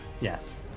Yes